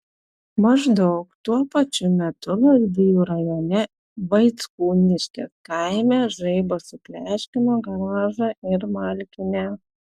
maždaug tuo pačiu metu lazdijų rajone vaickūniškės kaime žaibas supleškino garažą ir malkinę